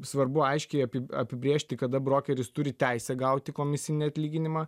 svarbu aiškiai api apibrėžti kada brokeris turi teisę gauti komisinį atlyginimą